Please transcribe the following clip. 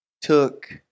took